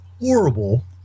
horrible